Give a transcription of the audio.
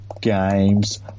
Games